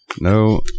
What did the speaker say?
No